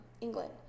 england